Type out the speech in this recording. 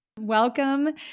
Welcome